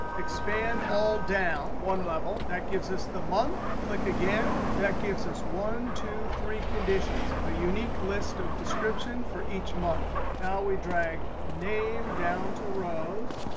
expand all down one level. that gives us the month. click again. that gives us one, two, three conditions, a unique list of descriptions for each month. now we drag name down to rows.